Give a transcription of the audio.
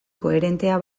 koherentea